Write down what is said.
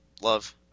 love